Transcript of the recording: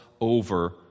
over